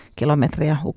kilometriä